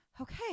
okay